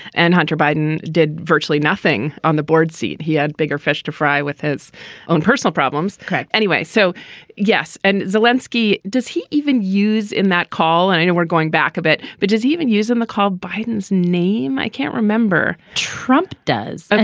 and hunter biden did virtually nothing on the board seat. he had bigger fish to fry with his own personal problems. correct. anyway so yes and zalewski does he even use in that call and i know we're going back a bit but does he even use them called biden's name. i can't remember. trump does.